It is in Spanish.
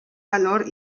valor